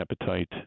appetite